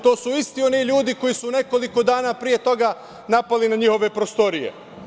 To su isti oni ljudi koji su nekoliko dana pre toga napali na njihove prostorije.